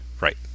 right